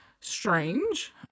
strange